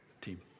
Team